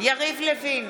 יריב לוין,